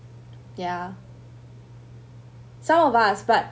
ya some of us but